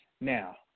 Now